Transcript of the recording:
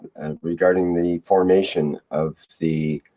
regarding the formation of the.